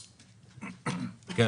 "(ב)